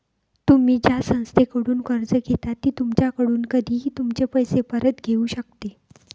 तुम्ही ज्या संस्थेकडून कर्ज घेता ती तुमच्याकडून कधीही तुमचे पैसे परत घेऊ शकते